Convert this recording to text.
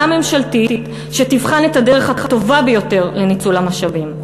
ממשלתית שתבחן את הדרך הטובה ביותר לניצול המשאבים.